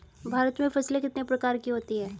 भारत में फसलें कितने प्रकार की होती हैं?